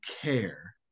care